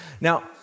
Now